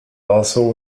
also